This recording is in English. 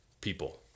people